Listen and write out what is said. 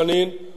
הוא אומר: